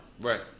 Right